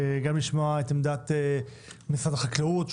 וגם לשמוע את עמדת משרד החקלאות,